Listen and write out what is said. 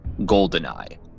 Goldeneye